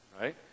right